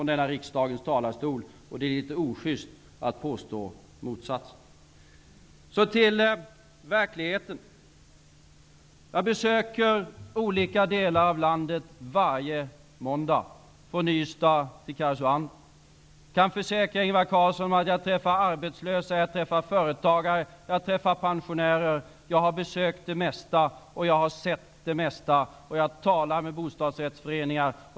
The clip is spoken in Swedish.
Det är litet osjyst att påstå motsatsen. Så till frågan om verkligheten. Jag besöker olika delar av landet varje måndag, från Ystad till Karesuando. Jag kan försäkra Ingvar Carlsson att jag träffar arbetslösa, företagare och pensionärer. Jag har besökt det mesta och jag har sett det mesta. Jag talar med bostadsrättsföreningar.